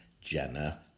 Jenna